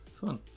fun